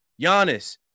Giannis